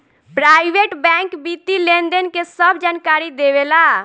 private bank वित्तीय लेनदेन के सभ जानकारी देवे ला